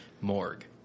morgue